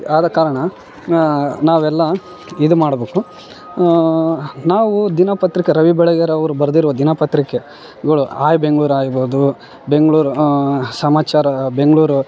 ಆದ ಕಾರಣ ನಾವೆಲ್ಲ ಇದು ಮಾಡಬೇಕು ನಾವು ದಿನ ಪತ್ರಿಕೆ ರವಿ ಬೆಳೆಗೆರೆ ಅವ್ರು ಬರ್ದಿರುವ ದಿನ ಪತ್ರಿಕೆಗಳು ಹಾಯ್ ಬೆಂಗ್ಳೂರು ಆಗ್ಬೋದು ಬೆಂಗ್ಳೂರು ಸಮಾಚಾರ ಬೆಂಗ್ಳೂರು